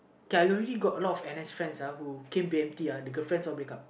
okay I already got a lot of N_S friends uh the girlfriends all break up